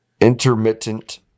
intermittent